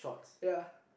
ya